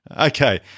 Okay